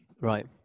Right